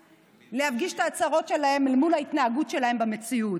להפגיש את ההצהרות שלהם אל מול ההתנהגות שלהם במציאות.